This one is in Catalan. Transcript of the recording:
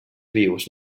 vius